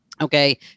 Okay